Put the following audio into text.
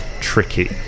tricky